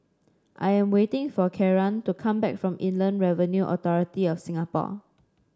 I am waiting for Kieran to come back from Inland Revenue Authority of Singapore